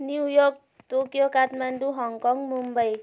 New York Tokyo Kathmandu Hong Kong Mumbai